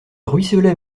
ruisselait